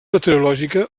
meteorològica